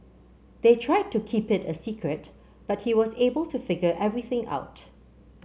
they tried to keep it a secret but he was able to figure everything out